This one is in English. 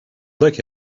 look